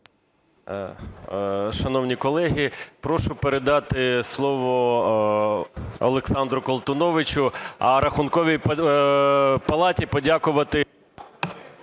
Шановні колеги, прошу передати слово Олександру Колтуновичу, а Рахунковій палаті подякувати...